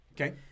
Okay